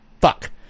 fuck